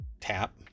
tap